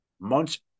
months